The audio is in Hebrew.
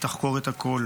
ותחקור את הכול.